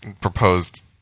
proposed